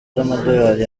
z’amadorali